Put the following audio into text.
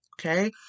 Okay